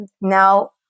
now